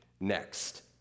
next